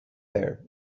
air